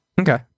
Okay